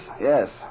yes